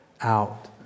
Out